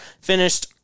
finished